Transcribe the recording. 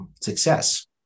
success